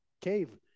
cave